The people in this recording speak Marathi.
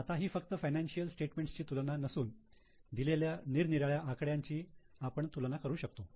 आता ही फक्त फायनान्शियल स्टेटमेंट्स ची तुलना नसून दिलेल्या निरनिराळ्या आकड्यांची आपण तुलना करू शकतो